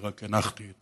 אני רק הנחתי את